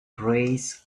phrase